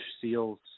seals